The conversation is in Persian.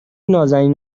نــازنین